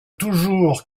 toujours